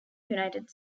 united